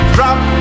Drop